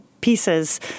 pieces